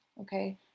Okay